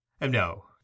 No